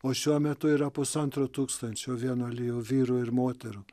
o šiuo metu yra pusantro tūkstančio vienuolijų vyrų ir moterų